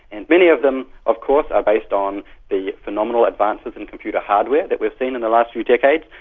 and many of them of course are based on the phenomenal advances in computer hardware that we've seen in the last few decades,